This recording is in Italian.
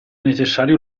necessario